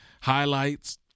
highlights